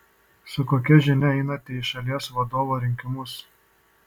su kokia žinia einate į šalies vadovo rinkimus